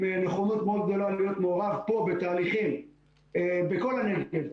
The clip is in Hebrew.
נכונות מאוד גדולה להיות פה בתהליכים בכל הנגב,